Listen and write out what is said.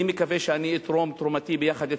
אני מקווה שאני אתרום את תרומתי יחד אתכם.